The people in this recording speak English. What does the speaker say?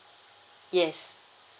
yes